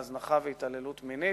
להזנחה ולהתעללות מינית,